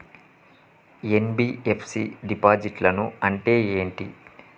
NBFC డిపాజిట్లను అంటే ఏంటి?